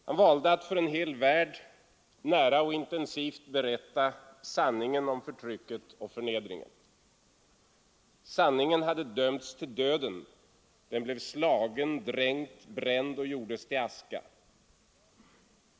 Han valde att för en hel värld nära och intensivt berätta sanningen om förtrycket och förnedringen: ”Sanningen hade dömts till döden — den blev slagen, dränkt, bränd och gjordes till aska.